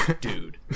dude